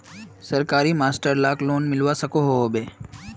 सरकारी मास्टर लाक लोन मिलवा सकोहो होबे?